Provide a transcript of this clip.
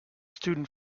student